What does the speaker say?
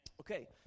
Okay